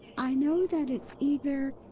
i know that it's either.